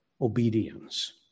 obedience